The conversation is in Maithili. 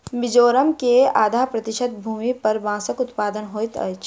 मिजोरम के आधा प्रतिशत भूमि पर बांसक उत्पादन होइत अछि